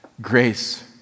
Grace